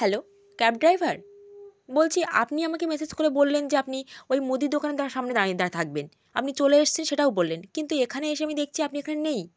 hello cab driver বলছি আপনি আমাকে মেসেজ করে বললেন যে আপনি ওই মুদির দোকানটার সামনে দাঁড়িয়ে দাঁড়িয়ে থাকবেন আপনি চলে এসেছেন সেটাও বললেন কিন্তু এখানে এসে আমি দেখছি আপনি এখানে নেই